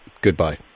goodbye